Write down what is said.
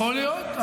יכול להיות.